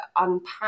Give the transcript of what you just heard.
unpack